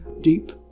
deep